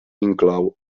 inclou